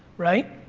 right?